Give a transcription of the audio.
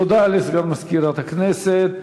תודה לסגן מזכירת הכנסת.